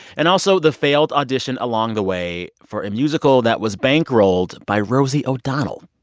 and also, the failed audition along the way for a musical that was bankrolled by rosie o'donnell.